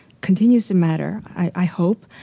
continues to matter, i hope.